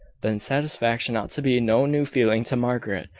then satisfaction ought to be no new feeling to margaret,